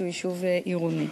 שהוא יישוב עירוני.